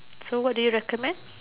so what do you recommend